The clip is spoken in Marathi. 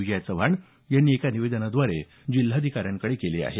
विजया चव्हाण यांनी एका निवेदनाद्वारे जिल्हाधिकाऱ्यांकडे केली आहे